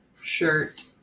shirt